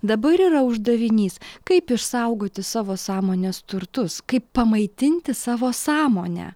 dabar yra uždavinys kaip išsaugoti savo sąmonės turtus kaip pamaitinti savo sąmonę